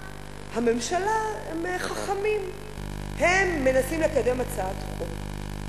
הממשלה הם חכמים, הם מנסים לקדם הצעת חוק,